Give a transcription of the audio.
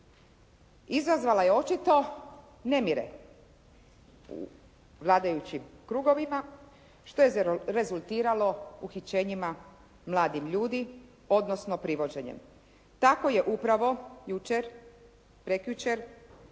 izazvala je očito nemire u vladajućim krugovima što je rezultiralo uhićenjima mladih ljudi odnosno privođenjem. Tako je upravo jučer, prekjučer